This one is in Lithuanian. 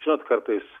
žinot kartais